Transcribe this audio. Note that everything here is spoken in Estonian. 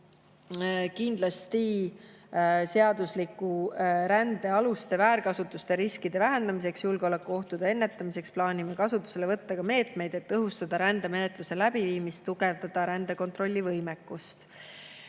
vaadata. Seadusliku rände aluste väärkasutuse riskide vähendamiseks ja julgeolekuohtude ennetamiseks plaanime kindlasti kasutusele võtta meetmed, et tõhustada rändemenetluse läbiviimist ja tugevdada rändekontrolli võimekust.